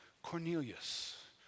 Cornelius